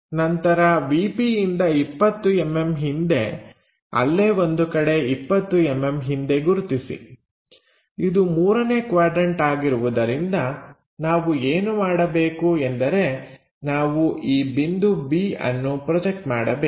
ನಂತರ ವಿ ಪಿಯಿಂದ 20mm ಹಿಂದೆ ಅಲ್ಲೇ ಒಂದು ಕಡೆ 20mm ಹಿಂದೆ ಗುರುತಿಸಿ ಇದು ಮೂರನೇ ಕ್ವಾಡ್ರನ್ಟ ಆಗಿರುವುದರಿಂದ ನಾವು ಏನು ಮಾಡಬೇಕು ಎಂದರೆ ನಾವು ಈ ಬಿಂದು B ಅನ್ನು ಪ್ರೊಜೆಕ್ಟ್ ಮಾಡಬೇಕು